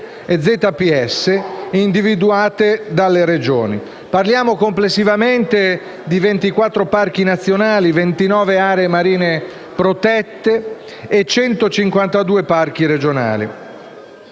Parliamo complessivamente di 24 parchi nazionali, 29 aree marine protette e 152 parchi regionali.